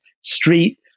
street